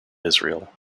israel